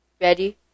Ready